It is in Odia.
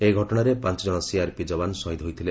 ଏହି ଘଟଣାରେ ପାଞ୍ଚ ଜଣ ସିଆର୍ପିଏଫ୍ ଯବାନ୍ ଶହୀଦ୍ ହୋଇଥିଲେ